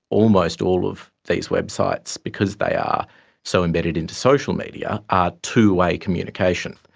almost all of these websites, because they are so embedded into social media are two-way communication.